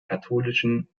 katholischen